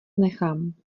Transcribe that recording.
nechám